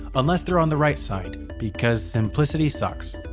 unless they're on the right side, because simplicity sucks.